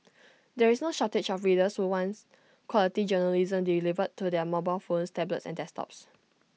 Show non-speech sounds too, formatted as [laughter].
[noise] there is no shortage of readers who wants quality journalism delivered to their mobile phones tablets and desktops